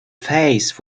face